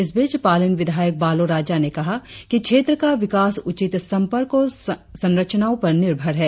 इस बीच पालिन विधायक बालो राजा ने कहा कि क्षेत्र का विकास उचित संपर्क और संचाड़ पर निर्भर है